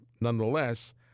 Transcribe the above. Nonetheless